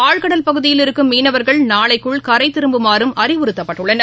ஆழ்கடல் பகுதியில் இருக்கும் மீனவர்கள் நாளைக்குள் கரைதிரும்புமாறுஅறிவுறுத்தப்பட்டுள்ளனர்